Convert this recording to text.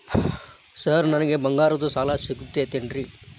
Sir ನನಗೆ ಬಂಗಾರದ್ದು ಸಾಲ ಸಿಗುತ್ತೇನ್ರೇ?